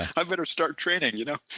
i'm going to start training you know